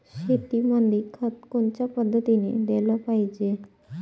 शेतीमंदी खत कोनच्या पद्धतीने देलं पाहिजे?